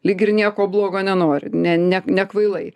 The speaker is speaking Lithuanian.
lyg ir nieko blogo nenori ne ne nekvailai